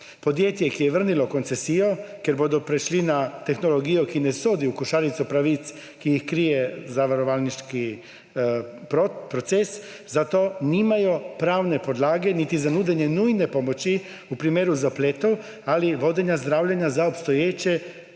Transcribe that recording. Podjetje, ki je vrnilo koncesijo, ker bodo prešli na tehnologijo, ki ne sodi v košarico pravic, ki jih krije zavarovalniški proces, za to nima pravne podlage niti za nudenje nujne pomoči v primeru zapletov ali vodenja zdravljenja za obstoječe